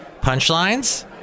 punchlines